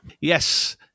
Yes